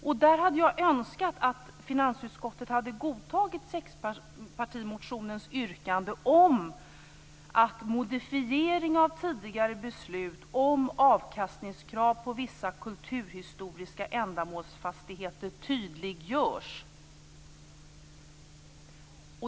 Jag hade önskat att finansutskottet hade godtagit sexpartimotionens yrkande om att modifiering av tidigare beslut om avkastningskrav på vissa kulturhistoriska ändamålsfastigheter tydliggörs.